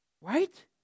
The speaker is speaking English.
Right